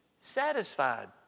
satisfied